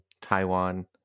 Taiwan